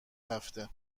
هفته